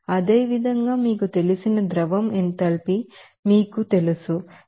అదేవిధంగా మీకు తెలిసిన ద్రవం ఎంథాల్పీ మీకు తెలుసు ఇది 181